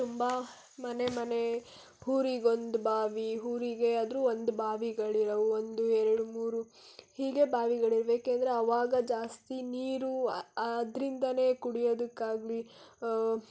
ತುಂಬ ಮನೆ ಮನೆ ಊರಿಗೊಂದು ಬಾವಿ ಊರಿಗೆ ಆದ್ರೂ ಒಂದು ಬಾವಿಗಳಿರೋವು ಒಂದು ಎರಡು ಮೂರು ಹೀಗೆ ಬಾವಿಗಳಿವೆ ಏಕೆಂದರೆ ಅವಾಗ ಜಾಸ್ತಿ ನೀರು ಅದರಿಂದಾನೇ ಕುಡಿಯೋದಕ್ಕಾಗ್ಲಿ